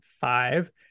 five